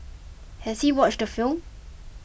has he watched the film